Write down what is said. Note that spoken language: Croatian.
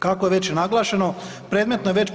Kako je već naglašeno predmetno je već